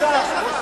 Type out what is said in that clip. תתבייש לך.